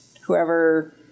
whoever